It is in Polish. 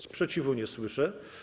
Sprzeciwu nie słyszę.